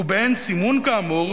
ובאין סימון כאמור,